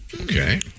Okay